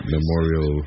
Memorial